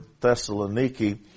Thessaloniki